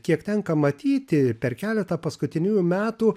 kiek tenka matyti per keletą paskutiniųjų metų